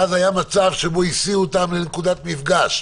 ואז היה מצב שבו הסיעו אותם לנקודת מפגש,